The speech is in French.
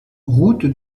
route